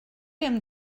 hem